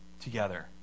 together